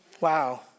Wow